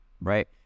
right